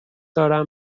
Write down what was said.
دارم